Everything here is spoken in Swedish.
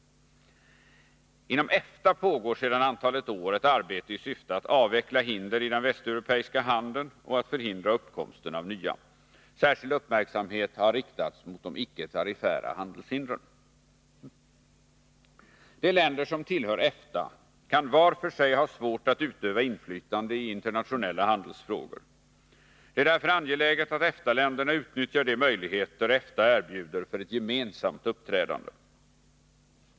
Inom EFTA pågår sedan ett antal år ett arbete i syfte att avveckla hinder i den västeuropeiska handeln och att förhindra uppkomsten av nya. Särskild uppmärksamhet har riktats mot de icke-tariffära handelshindren. De länder som tillhör EFTA kan vart för sig ha svårt att utöva inflytande i internationella handelsfrågor. Det är därför angeläget att EFTA-länderna utnyttjar de möjligheter EFTA erbjuder för ett gemensamt uppträdande.